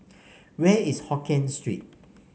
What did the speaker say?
where is Hokien Street